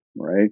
right